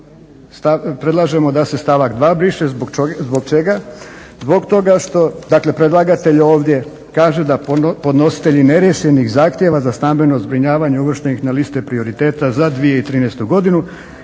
predlažemo da se stavak 2. briše. Zbog čega, zbog toga što predlagatelj ovdje kaže da podnositelji neriješenih zahtjeva za stambeno zbrinjavanje uvrštenih na liste prioriteta za 2013. godinu